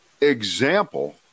example